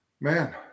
Man